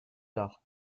tard